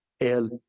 El